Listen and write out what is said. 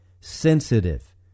sensitive